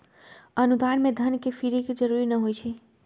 अनुदान में धन के फिरे के जरूरी न होइ छइ